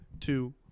two